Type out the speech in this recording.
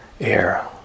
air